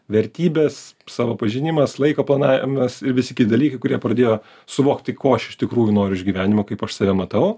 vertybės savo pažinimas laiko planavimas ir visi kiti dalykai kurie pradėjo suvokti ko aš iš tikrųjų noriu iš gyvenimo kaip aš save matau